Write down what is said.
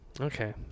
Okay